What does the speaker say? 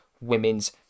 Women's